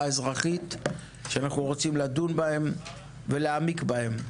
האזרחית שאנחנו רוצים לדון ולהעמיק בהן.